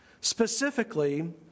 Specifically